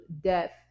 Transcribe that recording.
death